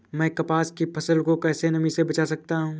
मैं कपास की फसल को कैसे नमी से बचा सकता हूँ?